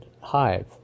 hive